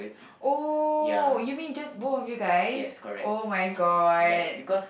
oh you mean just both of you guys oh-my-god